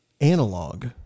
analog